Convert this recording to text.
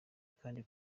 kandi